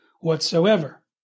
whatsoever